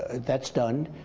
that's done.